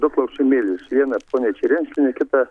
du klausimėliai vieną poniai širinskienei kitą